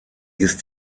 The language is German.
ist